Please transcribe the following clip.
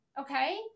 Okay